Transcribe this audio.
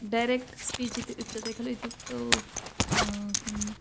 direct speech इति उच्यते खलु इत्युक्तौ किम्